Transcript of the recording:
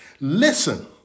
listen